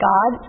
God